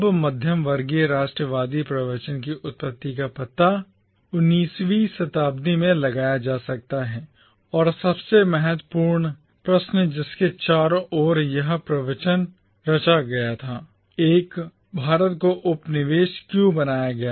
अब मध्यवर्गीय राष्ट्रवादी प्रवचन की उत्पत्ति का पता 19 वीं शताब्दी में लगाया जा सकता है और सबसे महत्वपूर्ण प्रश्न जिसके चारों ओर यह प्रवचन रचा गया था 1 भारत को उपनिवेश क्यों बनाया गया था